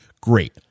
great